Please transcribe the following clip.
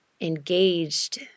engaged